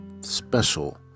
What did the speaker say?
special